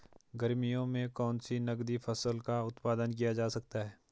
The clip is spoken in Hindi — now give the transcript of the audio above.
गर्मियों में कौन सी नगदी फसल का उत्पादन किया जा सकता है?